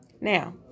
Now